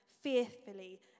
fearfully